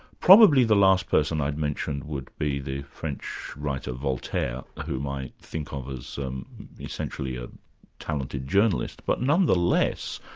probably the last person i'd mention would be the french writer, voltaire, whom i think of as essentially a talented journalist, but nonetheless,